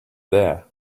there